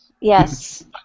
Yes